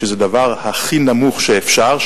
שזה הדבר הכי נמוך שאפשר,